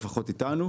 לפחות איתנו,